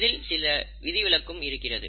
இதில் சில விதி விலக்கும் இருக்கிறது